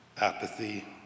apathy